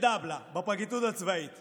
הקודם מנדלבליט הגיע לוועדה כדי לתמוך ברפורמה,